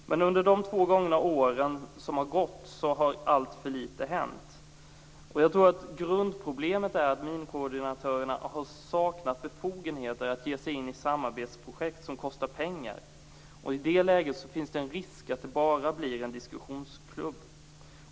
Men under de två år som har gått har alltför lite hänt. Jag tror att grundproblemet är att minkoordinatörerna har saknat befogenheter att ge sig in i samarbetsprojekt som kostar pengar. I det läget finns det en risk att det bara blir en diskussionsklubb.